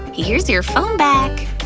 here's your phone back!